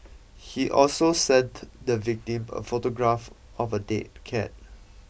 he also sent the victim a photograph of a dead cat